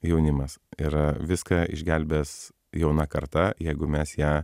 jaunimas yra viską išgelbės jauna karta jeigu mes ją